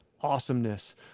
awesomeness